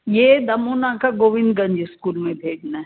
ये दमोनाका गोविंदगंज इस्कूल में भेजना है